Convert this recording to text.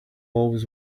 always